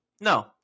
No